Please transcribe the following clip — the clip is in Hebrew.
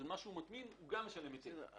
על מה שהוא מטמין הוא משלם היטל.